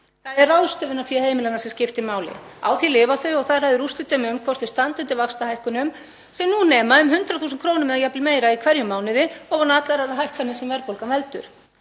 Það er ráðstöfunarfé heimilanna sem skiptir máli. Á því lifa þau og það ræður úrslitum um hvort þau standi undir vaxtahækkunum sem nú nema um 100.000 kr. eða jafnvel meira í hverjum mánuði, ofan á allar þær hækkanir sem verðbólgan veldur.